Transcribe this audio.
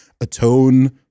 atone